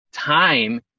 Time